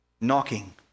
knocking